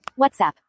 WhatsApp